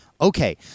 Okay